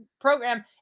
program